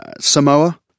Samoa